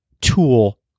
tool